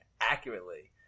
Accurately